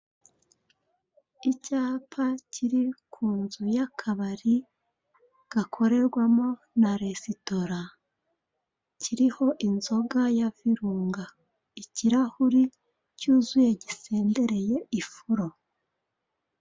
Icyapa kiri ku nzu y'akabari gakorerwamo na resitora, kiriho inzoga ya virunga, ikirahure cyuzuye gisendereye ifuro.